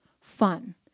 fun